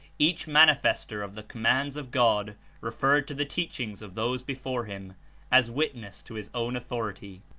each manlfestor of the com mands of god referred to the teachings of those be fore him as witness to his own authority.